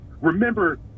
remember